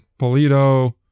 Polito